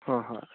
ꯍꯣꯏ ꯍꯣꯏ